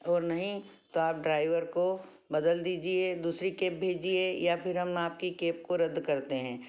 और नहीं तो आप ड्राइवर को बदल दीजिए दूसरी केप भेजिए या फिर हम आपकी केप को रद्द करते हैं